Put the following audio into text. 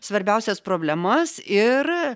svarbiausias problemas ir